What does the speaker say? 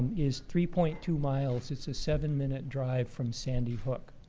is three point two miles. it's a seven minute drive from sandy hook.